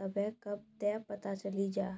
तबे कब ते चली जा?